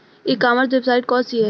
ई commerce website कौन सी है?